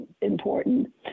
important